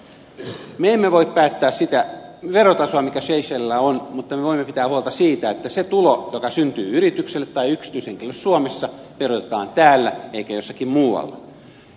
me emme voi päättää siitä verotasosta mikä seychelleillä on mutta me voimme pitää huolta siitä että se tulo joka syntyy yrityksille tai yksityishenkilöille suomessa verotetaan täällä eikä jossakin muualla